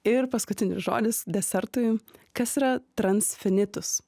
ir paskutinis žodis desertui kas yra transfinitus